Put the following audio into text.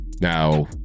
Now